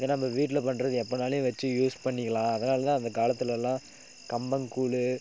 இதே நம்ம வீட்டில் பண்றது எப்பனாலும் வச்சு யூஸ் பண்ணிக்கலாம் அதனால் தான் அந்த காலத்திலலாம் கம்பங்கூழு